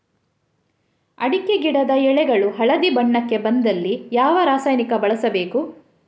ಅಡಿಕೆ ಗಿಡದ ಎಳೆಗಳು ಹಳದಿ ಬಣ್ಣಕ್ಕೆ ಬಂದಲ್ಲಿ ಯಾವ ರಾಸಾಯನಿಕ ಬಳಸಬೇಕು?